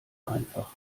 einfach